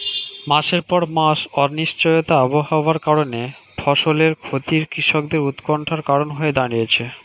মাসের পর মাস অনিশ্চিত আবহাওয়ার কারণে ফসলের ক্ষতি কৃষকদের উৎকন্ঠার কারণ হয়ে দাঁড়িয়েছে